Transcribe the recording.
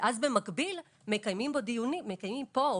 ואז במקביל מקיימים פה או